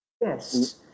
Yes